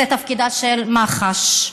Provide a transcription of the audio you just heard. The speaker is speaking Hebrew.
זה תפקידה של מח"ש.